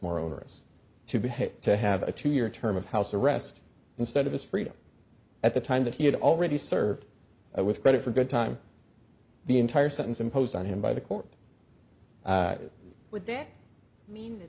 more onerous to be hit to have a two year term of house arrest instead of his freedom at the time that he had already served with credit for good time the entire sentence imposed on him by the court would that mean